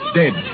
dead